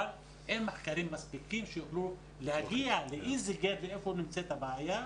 אבל אין מחקרים מספיקים שיוכלו להגיע לאיזה גן ואיפה נמצאת הבעיה.